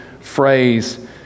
phrase